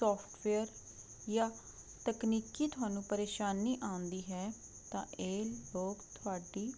software ਜਾਂ ਤਕਨੀਕੀ ਤੁਹਾਨੂੰ ਪਰੇਸ਼ਾਨੀ ਆਉਂਦੀ ਹੈ ਤਾਂ ਇਹ ਲੋਕ ਤੁਹਾਡੀ